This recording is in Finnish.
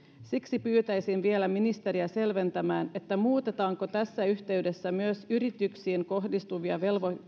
siksi pyytäisin vielä ministeriä selventämään muutetaanko tässä yhteydessä myös yrityksiin kohdistuvia